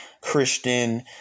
Christian